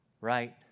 right